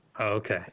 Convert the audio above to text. Okay